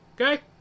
Okay